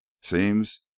Seems